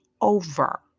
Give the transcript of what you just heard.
Over